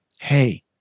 hey